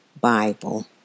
Bible